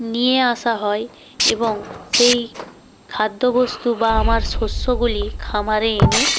নিয়ে আসা হয় এবং সেই খাদ্যবস্তু বা আমার শস্যগুলি খামারে এনে